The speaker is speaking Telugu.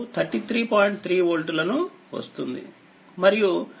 3 వోల్ట్లను వస్తుంది మరియు RinRTH 33